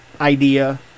idea